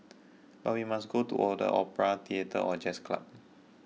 but we must go to or the opera theatre or jazz club